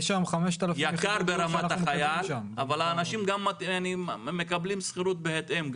יקר ברמת החייל אבל אנשים גם מקבלים משכורות בהתאם,